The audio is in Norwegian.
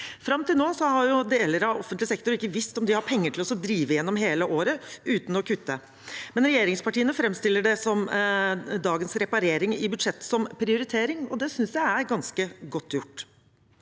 Fram til nå har deler av offentlig sektor ikke visst om de har penger til å drive gjennom hele året uten å kutte, men regjeringspartiene framstiller dagens reparering i budsjettet som prioritering, og det synes jeg er ganske godt gjort.